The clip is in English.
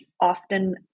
often